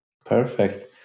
Perfect